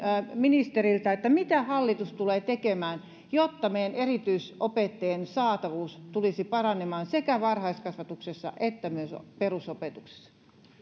ministeriltä mitä hallitus tulee tekemään jotta meidän erityisopettajiemme saatavuus tulisi paranemaan sekä varhaiskasvatuksessa että myös perusopetuksessa